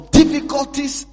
difficulties